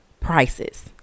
prices